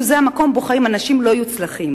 זה מקום שבו חיים אנשים לא-יוצלחים,